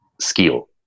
skill